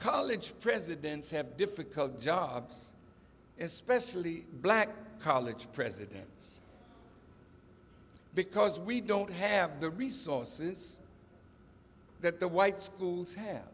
college presidents have difficult jobs especially black college presidents because we don't have the resources that the white schools have